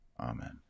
Amen